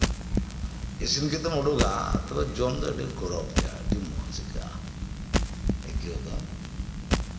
ᱤᱥᱤᱱ ᱠᱟᱛᱮᱢ ᱩᱰᱩᱠᱟ ᱛᱚᱵᱮ ᱡᱚᱢ ᱫᱚ ᱟᱹᱰᱤ ᱜᱚᱨᱚᱵᱽ ᱜᱮᱭᱟ ᱟᱹᱰᱤ ᱢᱚᱸᱡᱽ ᱟᱹᱭᱟᱹᱜᱼᱟ ᱟᱹᱭᱠᱟᱹᱣ ᱫᱚ